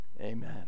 Amen